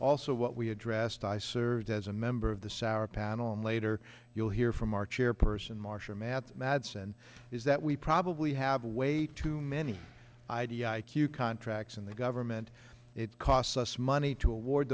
also what we addressed i served as a member of the sour panel and later you'll hear from our chairperson marshall matt madsen is that we probably have a way to men id i q contracts in the government it costs us money to award